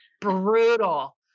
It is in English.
Brutal